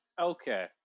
Okay